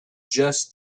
just